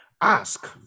Ask